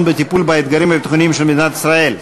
בטיפול באתגרים הביטחוניים של מדינת ישראל.